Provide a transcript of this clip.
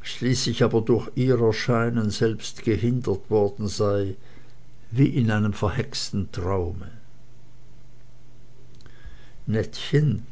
schließlich aber durch ihr erscheinen selbst gehindert worden sei wie in einem verhexten traume nettchen